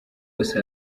hose